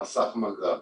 מסך מגע,